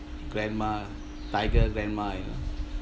grandma tiger grandma you know